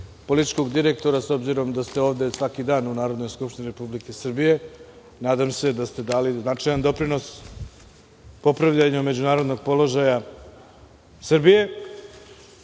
političkog direktora, s obzirom da ste ovde svaki dan u Narodnoj skupštini Republike Srbije. Nadam se da ste dali značajan doprinos popravljanju međunarodnog položaja Srbije,